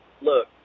look